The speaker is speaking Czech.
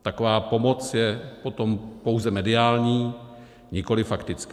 Taková pomoc je potom pouze mediální, nikoliv faktická.